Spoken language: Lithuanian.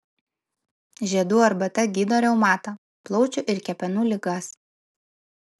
žiedų arbata gydo reumatą plaučių ir kepenų ligas